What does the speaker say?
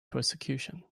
persecution